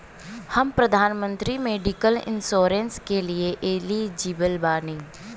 हम प्रधानमंत्री medical insurance के लिए एलिजिबल बानी?